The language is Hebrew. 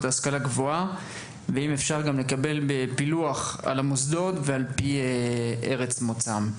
להשכלה גבוהה ואם אפשר גם לקבל פילוח על המוסדות ועל פי ארץ מוצאם.